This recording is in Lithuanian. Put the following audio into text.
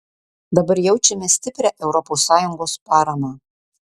dabar jaučiame stiprią europos sąjungos paramą